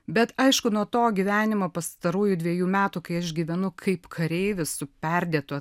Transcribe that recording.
bet aišku nuo to gyvenimo pastarųjų dvejų metų kai aš gyvenu kaip kareivis su perdėtu